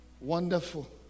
wonderful